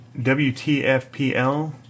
WTFPL